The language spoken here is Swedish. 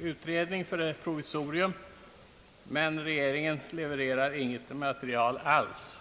utredning för ett provisorium, men regeringen levererar här inget material alls.